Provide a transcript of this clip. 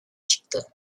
çıktı